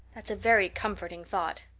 that's a very comforting thought.